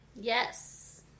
yes